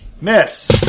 Miss